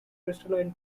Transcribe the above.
crystalline